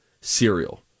cereal